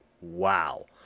wow